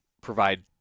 provide